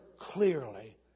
clearly